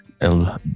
El